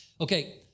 Okay